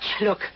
Look